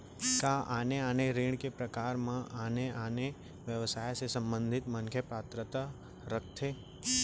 का आने आने ऋण के प्रकार म आने आने व्यवसाय से संबंधित मनखे पात्रता रखथे?